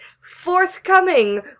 forthcoming